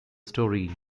story